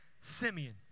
Simeon